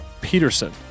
Peterson